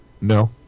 No